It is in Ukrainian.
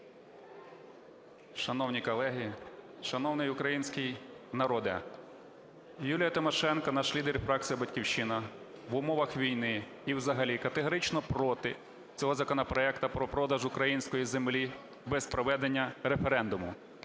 Шановні колеги, шановний український народе! Юлія Тимошенко, наш лідер фракції "Батьківщина", в умовах війни і взагалі категорично проти цього законопроекту про продаж української землі без проведення референдуму.